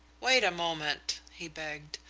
wait a moment, he begged.